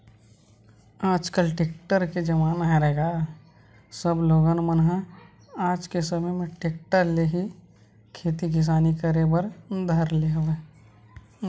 आजकल टेक्टर के जमाना हरय गा सब लोगन मन ह आज के समे म टेक्टर ले ही खेती किसानी करे बर धर ले हवय